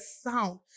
sound